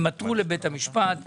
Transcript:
הם עתרו לבית המשפט,